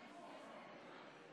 כנוסח הוועדה,